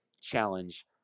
challenge